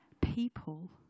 people